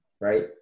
right